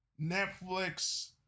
Netflix